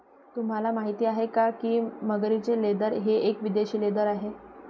तुम्हाला माहिती आहे का की मगरीचे लेदर हे एक विदेशी लेदर आहे